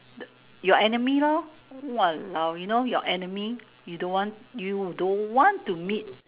the your enemy lor !walao! you know your enemy you don't want you don't want to meet